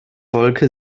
wolke